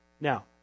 Now